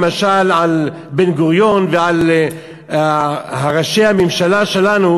למשל על בן-גוריון ועל ראשי הממשלה שלנו,